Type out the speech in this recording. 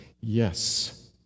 Yes